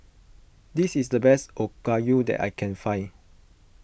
this is the best Okayu that I can find